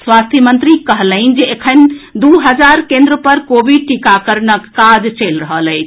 स्वास्थ्य मंत्री कहलनि जे एखन दू हजार केन्द्र पर कोविड टीकाकरण काज चलि रहल अछि